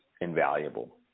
invaluable